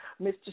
Mr